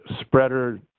spreader